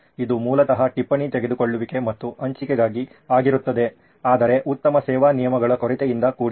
ಇದು ಮೂಲತಃ ಟಿಪ್ಪಣಿ ತೆಗೆದುಕೊಳ್ಳುವಿಕೆ ಮತ್ತು ಹಂಚಿಕೆಗಾಗಿ ಆಗಿರುತ್ತದೆ ಆದರೆ ಉತ್ತಮ ಸೇವಾ ನಿಯಮಗಳ ಕೊರತೆಯಿಂದ ಕೂಡಿದೆ